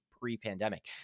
pre-pandemic